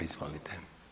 Izvolite.